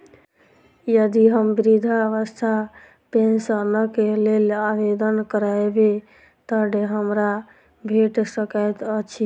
यदि हम वृद्धावस्था पेंशनक लेल आवेदन करबै तऽ हमरा भेट सकैत अछि?